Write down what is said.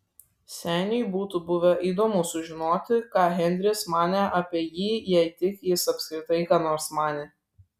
seniui būtų buvę įdomu sužinoti ką henris manė apie jį jei tik jis apskritai ką nors manė